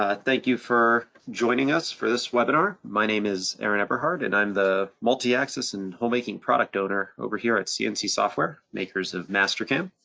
ah thank you for joining us for this webinar. my name is aaron eberhard and i'm the multiaxis and holemaking product owner over here at cnc software, makers of mastercam.